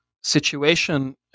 situation